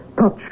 touch